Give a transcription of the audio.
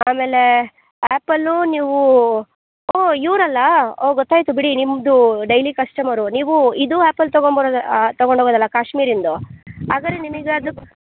ಆಮೇಲೆ ಆ್ಯಪಲು ನೀವು ಓ ಇವರಲ್ಲ ಓ ಗೊತ್ತಾಯ್ತು ಬಿಡಿ ನಿಮ್ಮದು ಡೈಲಿ ಕಶ್ಟಮರು ನೀವು ಇದು ಆ್ಯಪಲ್ ತಗೊಂಬೋದಾ ತಗೊಂಡು ಹೋಗೋದಲ್ಲ ಕಾಶ್ಮೀರಿಂದು ಹಾಗಾರೆ ನಿಮಗ್ ಅದು